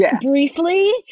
briefly